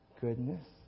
goodness